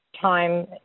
time